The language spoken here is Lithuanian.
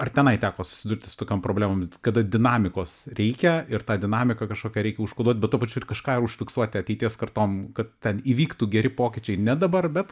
ar tenai teko susidurti su tokiom problemomis kada dinamikos reikia ir tą dinamiką kažkokią reikia užkoduot bet tuo pačiu ir kažką užfiksuoti ateities kartom kad ten įvyktų geri pokyčiai ne dabar bet